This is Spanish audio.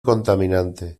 contaminante